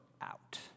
out